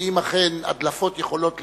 ואם אכן הדלפות יכולות להיות,